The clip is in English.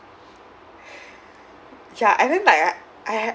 ya and then like I I